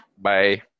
Bye